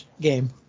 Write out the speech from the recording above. game